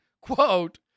quote